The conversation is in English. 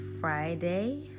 Friday